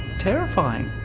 terrifying.